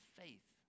faith